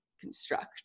construct